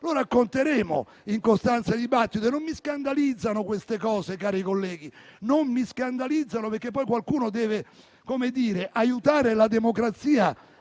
Lo racconteremo in costanza di dibattito. E non mi scandalizzano queste cose, cari colleghi. Non mi scandalizzano, perché poi qualcuno deve - come dire - aiutare la democrazia